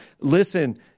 listen